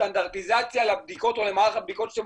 סטנדרטיזציה לבדיקות או למערך הבדיקות שאתם